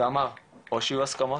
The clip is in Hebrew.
ואמר או שיהיו הסכמות,